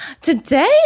Today